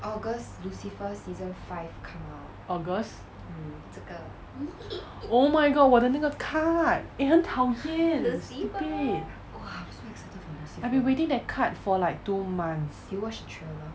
august oh my god 我的那个 card eh 很讨厌 stupid I've been waiting that card for like two months